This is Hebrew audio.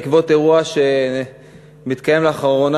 לדון בנושא הזה בעקבות אירוע שמתקיים לאחרונה,